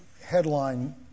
headline